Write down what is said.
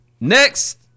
next